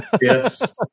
Yes